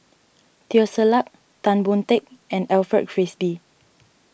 Teo Ser Luck Tan Boon Teik and Alfred Frisby